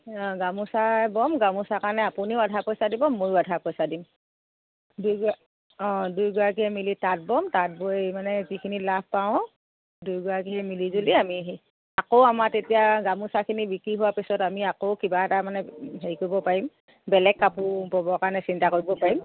অঁ গামোচা ব'ম গামোচাৰ কাৰণে আপুনিও আধা পইচা দিব ময়ো আধা পইচা দিম দুয়োগৰাকী অঁ দুয়োগৰাকীয়ে মিলি তাঁত বম তাঁত বৈ মানে যিখিনি লাভ পাওঁ দুয়োগৰাকীয়ে মিলিজুলি আমি আকৌ আমাৰ তেতিয়া গামোচাখিনি বিক্ৰী হোৱাৰ পিছত আমি আকৌ কিবা এটা মানে হেৰি কৰিব পাৰিম বেলেগ কাপোৰ ব'বৰ কাৰণে চিন্তা কৰিব পাৰিম